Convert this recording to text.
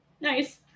Nice